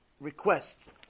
requests